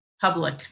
public